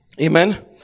Amen